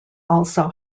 also